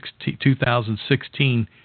2016